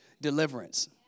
Deliverance